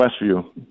Westview